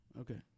okay